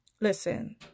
Listen